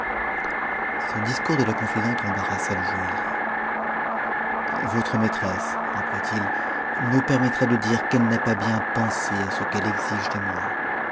ce discours de la confidente embarrassa le joaillier votre maîtresse reprit-il me permettra de dire qu'elle n'a pas bien pensé à ce qu'elle exige de moi